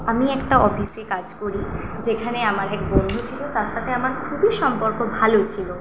আমি একটা অফিসে কাজ করি যেখানে আমার এক বন্ধু ছিল তার সাথে আমার খুবই সম্পর্ক ভালো ছিল